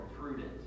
prudent